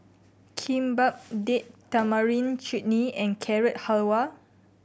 Kimbap Date Tamarind Chutney and Carrot Halwa